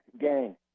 Gang